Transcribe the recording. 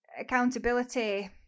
accountability